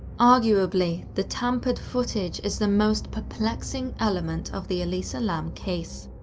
arguably, the tampered footage is the most perplexing element of the elisa lam case.